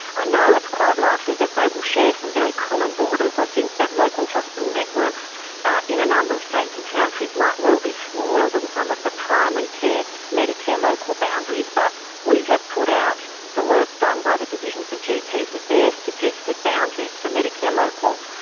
ah no, it's quite likely that they will share some very common borders, i think that local hospital networks in a number of states and territories might well be smaller than some of the primary care medicare local boundaries but we have put out the work done by the divisions of gps with their suggested boundaries for medicare locals,